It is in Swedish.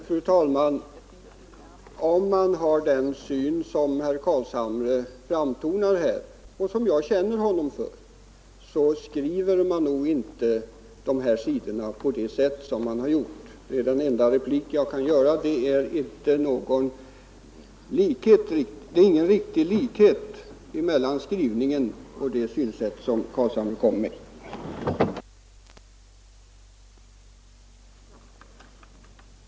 Fru talman! Om man har den syn som herr Carlshamre frammanar här — och som jag känner för — så skriver man nog inte de här sidorna på det sätt som man har gjort. Det är den enda replik jag kan göra. Det är inte någon riktig likhet mellan skrivningen och det synsätt som herr Carlshamre kommer med.